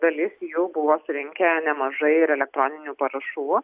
dalis jų buvo surinkę nemažai ir elektroninių parašų